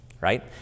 right